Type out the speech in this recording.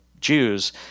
Jews